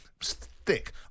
stick